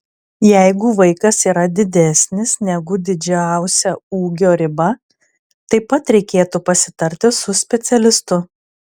jeigu vaikas yra didesnis negu didžiausia ūgio riba taip pat reikėtų pasitarti su specialistu